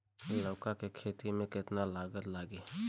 लौका के खेती में केतना लागत लागी?